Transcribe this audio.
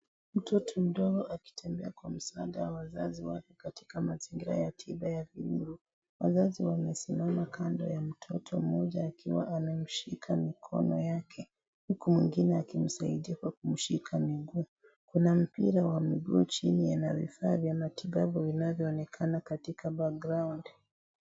Mtoto mdogo akitembea kwa msaada wa wazazi wake katika mazingira ya tiba ya miguu, wazazi wamesimama kando ya mtoto mmoja akiwa amemshika mikono yake, huku mwingine akimsaidia akimshika miguu, kuna mpira wa miguu chini na vifaa vya matibabu vinavyoonekana katika kwa ground .